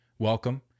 Welcome